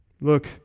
Look